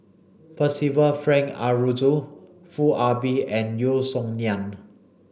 Percival Frank Aroozoo Foo Ah Bee and Yeo Song Nian